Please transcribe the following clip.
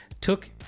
took